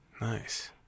Nice